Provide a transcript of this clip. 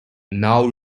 now